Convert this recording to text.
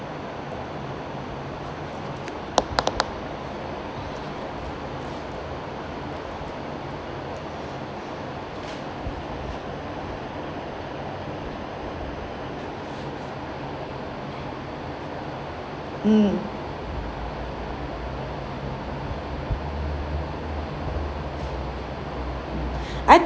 mm I